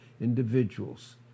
individuals